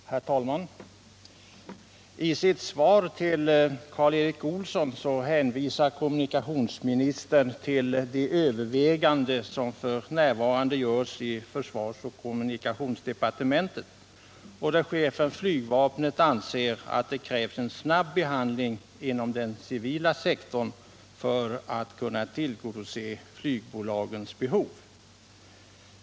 Herr talman! I sitt svar till Karl Erik Olsson hänvisar kommunikationsministern till de överväganden som f. n. görs i försvarsoch kommunikationsdepartementen. Chefen för flygvapnet anser att det krävs en snabb behandling inom den civila sektorn för att man skall kunna tillgodose flygbolagens behov.